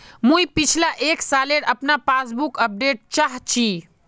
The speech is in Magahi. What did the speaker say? मुई पिछला एक सालेर अपना पासबुक अपडेट चाहची?